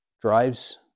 drives